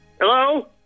Hello